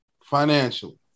financially